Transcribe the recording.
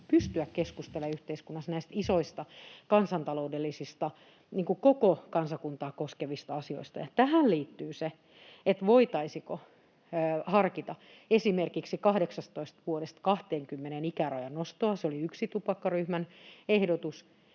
pitäisi pystyä keskustelemaan yhteiskunnassa näistä isoista kansantaloudellisista, koko kansakuntaa koskevista, asioista. Ja tähän liittyy se, voitaisiinko harkita esimerkiksi ikärajan nostoa 18 vuodesta 20:een. Se oli yksi tupakkaryhmän ehdotus.